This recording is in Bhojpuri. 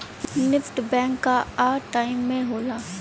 निफ्ट बैंक कअ टाइम में होला